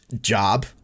job